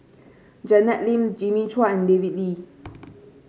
Janet Lim Jimmy Chua and David Lee